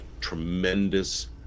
tremendous